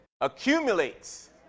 accumulates